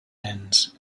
ends